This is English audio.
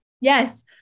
Yes